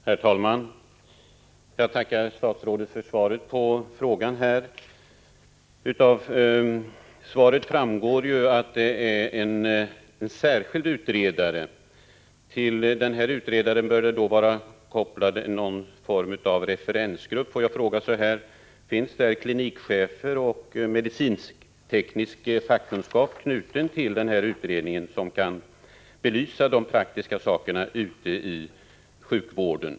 Herr talman! Jag tackar statsrådet för svaret på frågan. Av svaret framgår ju att det rör sig om en särskild utredare. Till den här utredaren bör då någon form av referensgrupp vara kopplad. Får jag fråga: Har det till utredaren knutits klinikchefer och personer med medicinteknisk fackkunskap som kan belysa de faktiska förhållandena ute i sjukvården?